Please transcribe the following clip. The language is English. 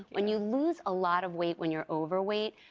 when you lose a lot of weight when youre overweight,